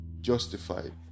justified